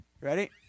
ready